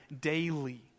daily